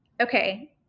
okay